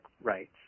rights